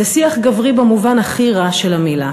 זה שיח גברי במובן הכי רע של המילה.